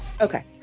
okay